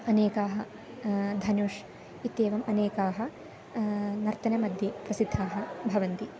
अनेकाः धनुश् इत्येवम् अनेकाः नर्तनमध्ये प्रसिद्धाः भवन्ति